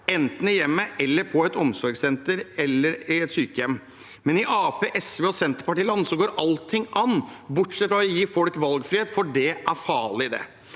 enten i hjemmet eller på et omsorgssenter eller sykehjem. I Arbeiderparti-, SV- og Senterparti-land går allting an, bortsett fra å gi folk valgfrihet, for det er farlig, det.